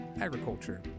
agriculture